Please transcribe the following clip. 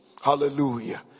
hallelujah